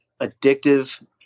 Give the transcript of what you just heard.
addictive